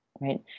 right